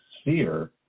sphere